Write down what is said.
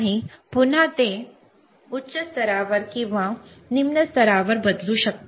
आणि आपण ते पुन्हा उच्च स्तरावर किंवा निम्न स्तरावर बदलू शकता